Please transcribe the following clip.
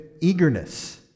eagerness